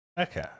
Okay